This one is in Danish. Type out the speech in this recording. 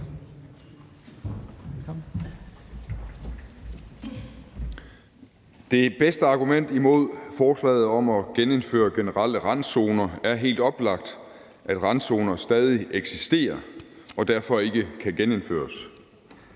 Det bedste argument imod forslaget om at genindføre generelle randzoner er helt oplagt, at randzoner stadig eksisterer og derfor ikke kan genindføres.